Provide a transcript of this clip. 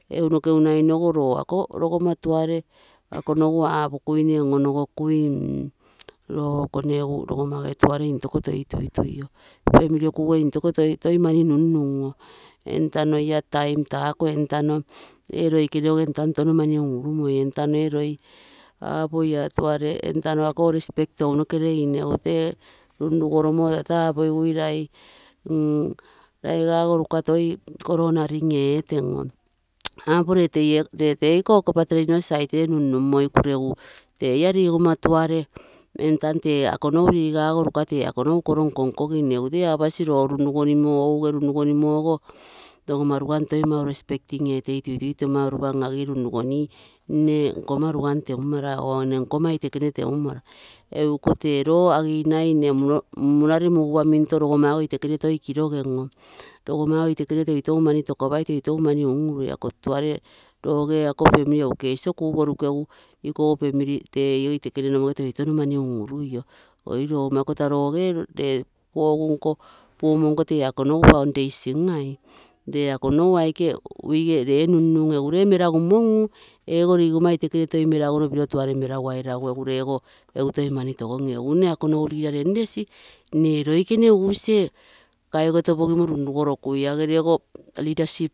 Egu noke unainogo roo ako rogomma tuare, ako nogu apakuine on-onogokui, rogo konegu rogomma gere tuare intoko toi tuitui, family oo kuuge, intoko, toi mani nun-nun oo. Entano ia time taako ee loikene go entano tono mani un-unimoi, entano ee roi, aapo ia tuare entano akogo respect tounoke rei, nne egu tee runrugoromo tata apogigui raigago ruka toi onarin eetem apo ree teiko patrino side ere nunmumoi regu tee ia riga tuare apo eego riga ruka tee koro nko, nkoginne tee apasi roo konegu ouge runrugoniniogo rogomma rugam toi mau morukei tuitui, respecting etei tuitui, toi mau an agii nne nkaa rugam temumara or nne nkomma itekene temumara egu iko tee tee roo aginai nne munare mugu pa minto rogommago itekene toi kirogem, rogomma itekene tou, tou mani toka pai, ako tuare roge ako family egu cash oo kuu porukei, ikogo family tee ego itekene nomoge toutou mani unurui, oiro mmo ako taa roge pumo nko pogu nko taa akonogu foundation gal. Ree akonogu aike uige ree nunnun, egu ree meragumogu egu eego rigaa itekene upiro tuare meragu airagu egu reego egu toi mani togogim nne ako nogu leader renresi, ee roiken kaigo to pogimo runrugokusi agerego leadership papiroge.